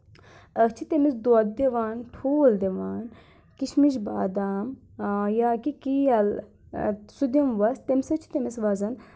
أسۍ چھِ تٔمِس دۄد دِوان ٹھوٗل دِوان کِشمِش بادام یا کہِ کیل سُہ دِموس تمہِ سۭتۍ چھُ تٔمِس وَزَن